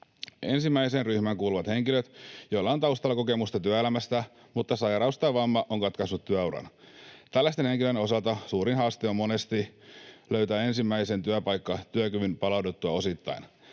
Ensimmäiseen ryhmään kuuluvat henkilöt, joilla on taustalla kokemusta työelämästä, mutta sairaus tai vamma on katkaissut työuran. Tällaisten henkilöiden osalta suurin haaste on monesti löytää ensimmäinen työpaikka työkyvyn palauduttua osittain.